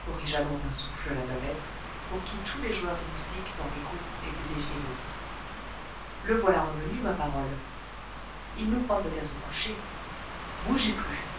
corrigea dans un souffle la babette pour qui tous les joueurs de musique dans les cours étaient des vielleux le voilà revenu ma parole il nous croit peut-être couchés bougez plus